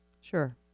Sure